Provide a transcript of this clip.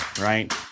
right